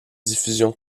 diffusion